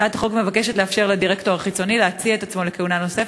הצעת החוק מבקשת לאפשר לדירקטור החיצוני להציע את עצמו לכהונה נוספת,